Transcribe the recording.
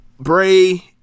Bray